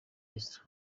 east